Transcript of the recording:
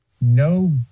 No